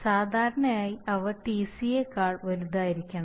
സാധാരണയായി അവ Tcയേക്കാൾ വലുതായിരിക്കും